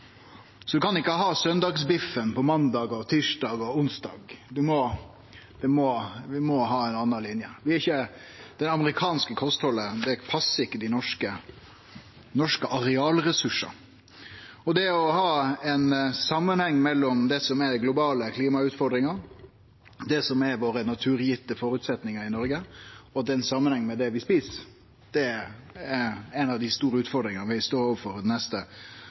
Så ein kan ikkje ha søndagsbiffen på måndag og tysdag og onsdag. Vi må ha ei anna linje. Det amerikanske kosthaldet passar ikkje dei norske arealressursane. Det at det er ein samanheng mellom det som er dei globale klimautfordringane, det som er våre naturgitte føresetnader i Noreg, og det vi et, er ei av dei store utfordringane vi står overfor dei neste